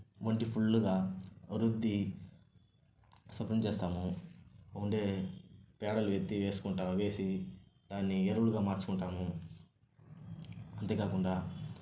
ఒంటి ఫుల్గా రుద్ది శుభ్రం చేస్తాము ఉండే పేడలు ఎత్తి వేసుకుంటాము వేసి దాన్ని ఎరువులుగా మార్చుకుంటాము అంతేకాకుండా